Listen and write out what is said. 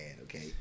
Okay